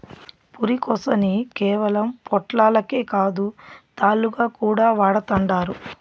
పురికొసని కేవలం పొట్లాలకే కాదు, తాళ్లుగా కూడా వాడతండారు